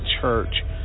church